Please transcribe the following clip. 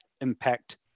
impact